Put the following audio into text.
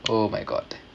oh my god